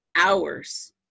hours